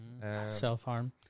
Self-harm